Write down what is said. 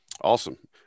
Awesome